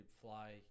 fly